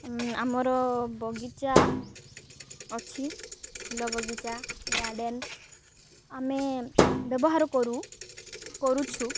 ଆମର ବଗିଚା ଅଛି ଫୁଲ ବଗିଚା ଗାର୍ଡ଼େନ୍ ଆମେ ବ୍ୟବହାର କରୁ କରୁଛୁ